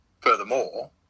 Furthermore